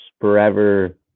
Forever